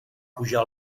pujar